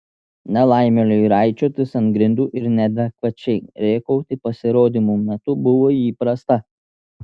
nelaimėliui raičiotis ant grindų ir neadekvačiai rėkauti pasirodymų metu buvo įprasta